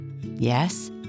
Yes